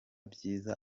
byiza